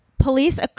Police